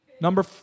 Number